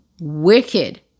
wicked